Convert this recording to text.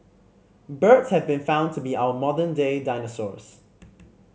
birds have been found to be our modern day dinosaurs